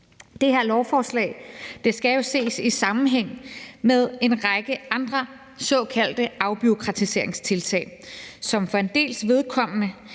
Det her lovforslag skal jo ses i sammenhæng med en række andre såkaldte afbureaukratiseringstiltag, som for en dels vedkommende